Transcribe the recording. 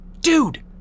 Dude